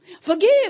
Forgive